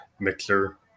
mixer